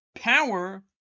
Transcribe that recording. power